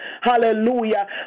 hallelujah